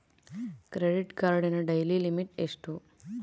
Credit ಕಾರ್ಡಿನ daily limit ಎಷ್ಟು?